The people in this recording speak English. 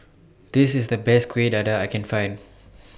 This IS The Best Kuih Dadar I Can Find